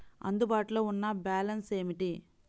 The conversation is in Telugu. అందుబాటులో ఉన్న బ్యాలన్స్ ఏమిటీ?